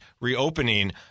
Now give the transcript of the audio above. reopening